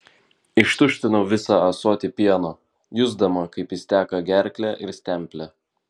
ištuštinau visą ąsotį pieno jusdama kaip jis teka gerkle ir stemple